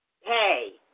Hey